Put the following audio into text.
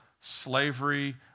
slavery